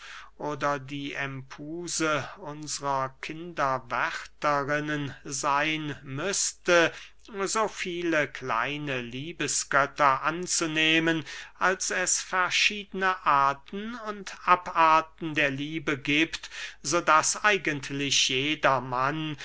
oder die empuse unsrer kinderwärterinnen seyn müßte so viele kleine liebesgötter anzunehmen als es verschiedene arten und abarten der liebe giebt so daß eigentlich jedermann